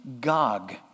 Gog